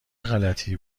غلتی